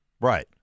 Right